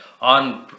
on